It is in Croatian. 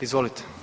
Izvolite.